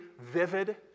vivid